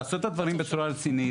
לעשות את הדברים בצורה רצינית.